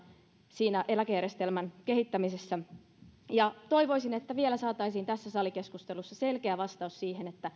siinä eläkejärjestelmän kehittämisessä toivoisin että vielä saataisiin tässä salikeskustelussa selkeä vastaus siihen